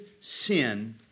sin